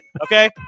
okay